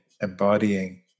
embodying